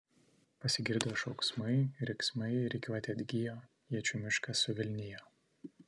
pasigirdo šauksmai riksmai rikiuotė atgijo iečių miškas suvilnijo